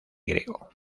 griego